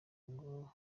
ngo